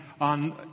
on